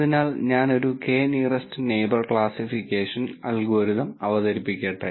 അതിനാൽ ഞാൻ ഒരു K nearest neighbour classification algorithm അവതരിപ്പിക്കട്ടെ